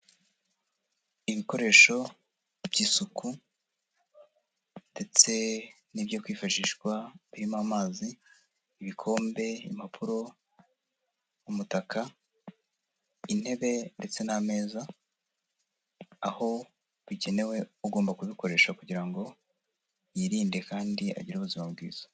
Ibikoresho by'isuku ndetse n'ibyo kwifashishwa birimo amazi, ibikombe, impapuro, umutaka, intebe ndetse n'ameza, aho bikenewe ugomba kubikoresha kugira ngo yirinde kandi agire ubuzima bwiza.